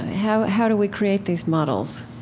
how how do we create these models,